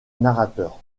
narrateur